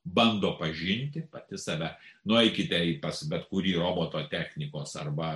bando pažinti pati save nueikite pas bet kurį roboto technikos arba